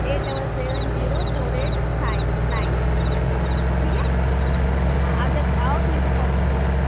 eight double seven zero four eight five nine ठीक है हाँ जब आओ तो मेरे को कॉल कर दीजिएगा